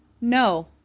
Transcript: no